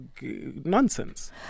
nonsense